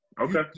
Okay